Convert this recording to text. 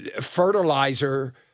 fertilizer